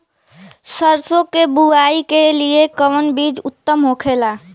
सरसो के बुआई के लिए कवन बिज उत्तम होखेला?